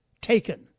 Taken